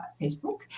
Facebook